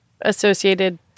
associated